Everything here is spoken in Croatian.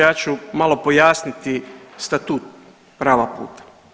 Ja ću malo pojasniti statut prava puta.